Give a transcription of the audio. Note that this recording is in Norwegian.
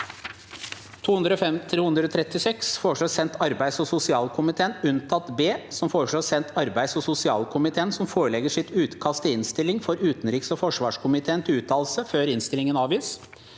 2023)) Enst.: Sendes arbeids- og sosialkomiteen, unntatt B, som sendes arbeids- og sosialkomiteen, som forelegger sitt utkast til innstilling for utenriks- og forsvarskomiteen til uttalelse før innstilling avgis.